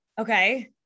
Okay